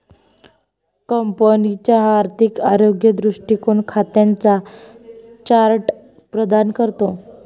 कंपनीचा आर्थिक आरोग्य दृष्टीकोन खात्यांचा चार्ट प्रदान करतो